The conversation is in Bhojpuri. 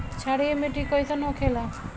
क्षारीय मिट्टी कइसन होखेला?